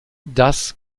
das